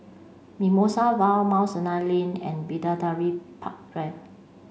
Mimosa Vale Mount Lane and Bidadari Park Drive